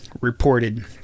reported